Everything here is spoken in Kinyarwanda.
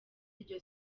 iryo